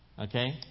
Okay